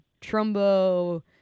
Trumbo